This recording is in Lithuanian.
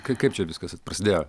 kaip kaip čia viskas prasidėjo